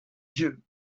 dieu